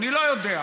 אני לא יודע,